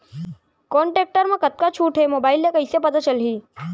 कोन टेकटर म कतका छूट हे, मोबाईल ले कइसे पता चलही?